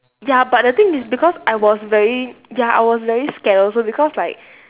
ya but the thing is because I was very ya I was very scared also because like